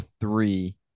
three